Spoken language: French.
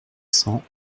cents